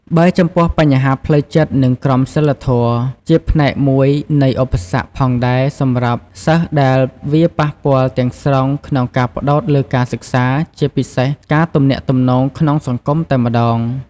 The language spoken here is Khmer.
បើចំពោះ បញ្ហាផ្លូវចិត្ត និងក្រមសីលធម៌ ជាផ្នែកមួយនៃឧបសគ្គផងដែរសម្រាប់សិស្សដែលវាប៉ះពាល់ទាំងស្រុងក្នុងការផ្តោតលើការសិក្សា ជាពិសេសការទំនាក់ទំនងក្នុងសង្គមតែម្តង។